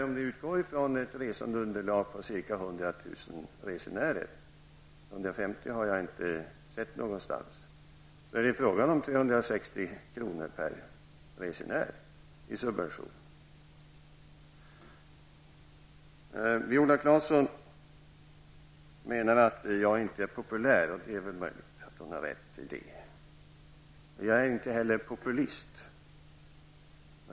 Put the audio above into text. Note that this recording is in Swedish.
Om man utgår från ett resandeunderlag på ca 100 000 resenärer -- uppgiften 150 000 har jag inte sett någonstans -- är det fråga om 360 kr. per resenär i subvention. Viola Claesson menar att jag inte är populär, och det är väl möjligt att hon har rätt i det. Jag är inte heller populist.